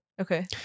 Okay